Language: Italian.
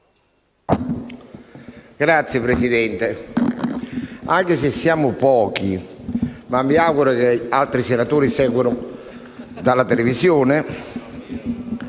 Signor Presidente, anche se siamo pochi (mi auguro che altri senatori ci seguano dalla televisione),